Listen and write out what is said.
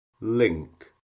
link